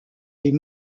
des